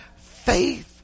faith